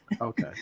okay